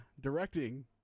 directing